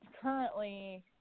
currently